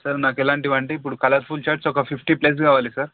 sir నాకు ఎలాంటివన్నీ ఇప్పుడు కలర్ఫుల్ ఛార్ట్స్ ఒక ఫిఫ్టీ ప్లస్ కావాలి సార్